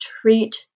treat